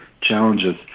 challenges